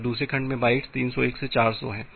और दूसरे खंड में बाइट्स 301 से 400 हैं